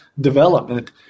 development